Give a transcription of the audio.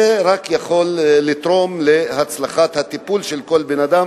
זה רק יכול לתרום להצלחת הטיפול של כל בן-אדם.